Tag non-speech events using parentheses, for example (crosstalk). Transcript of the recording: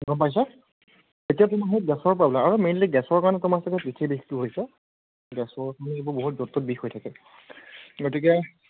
গম পাইছা তেতিয়া কি হয় গেছৰ প্ৰব্লেম আৰু মেইনলি গেছৰ কাৰণে তোমাৰ চাগে পিঠিৰ বিষটো হৈছে গেছৰ (unintelligible) বহুত য'ত ত'ত বিষ হৈ থাকে গতিকে